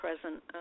present